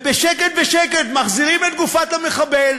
ובשקט-בשקט מחזירים את גופת המחבל,